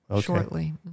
shortly